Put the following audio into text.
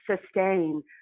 sustain